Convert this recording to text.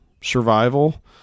survival